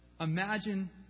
Imagine